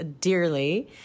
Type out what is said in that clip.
dearly